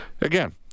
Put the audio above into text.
again